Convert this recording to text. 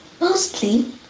Mostly